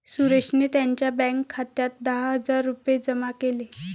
सुरेशने त्यांच्या बँक खात्यात दहा हजार रुपये जमा केले